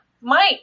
Mike